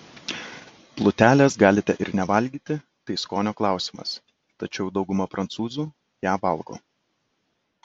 plutelės galite ir nevalgyti tai skonio klausimas tačiau dauguma prancūzų ją valgo